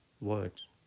words